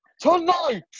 tonight